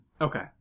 Okay